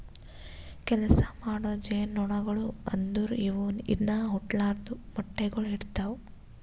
ಕೆಲಸ ಮಾಡೋ ಜೇನುನೊಣಗೊಳು ಅಂದುರ್ ಇವು ಇನಾ ಹುಟ್ಲಾರ್ದು ಮೊಟ್ಟೆಗೊಳ್ ಇಡ್ತಾವ್